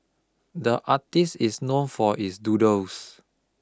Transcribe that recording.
the artist is known for his doodles